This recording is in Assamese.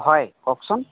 হয় কওকচোন